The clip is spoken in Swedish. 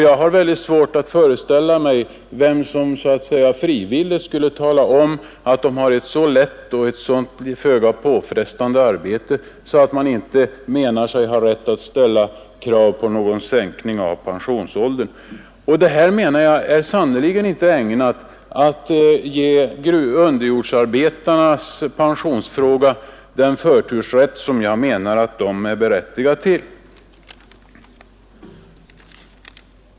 Jag har väldigt svårt att föreställa mig vilka som frivilligt skulle vilja tala om att de har ett så lätt och så föga påfrestande arbete att de inte anser sig ha rätt att ställa krav på någon sänkning av pensionsåldern. Detta är sannerligen inte ägnat att ge underjordsarbetarnas pensionsfråga en förtursrätt som jag menar att de är berättigade till.